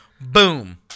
Boom